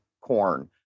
corn